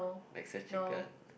Texas chicken